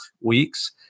weeks